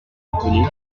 appelées